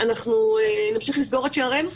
אנחנו נמשיך לסגור את שערינו,